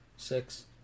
Six